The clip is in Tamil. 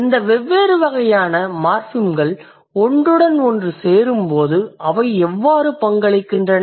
இந்த வெவ்வேறு வகையான மார்ஃபிம்கள் ஒன்றுடன் ஒன்று சேரும்போது அவை எவ்வாறு பங்களிக்கின்றன